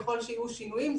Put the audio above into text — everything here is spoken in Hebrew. ככל שיהיו שינויים,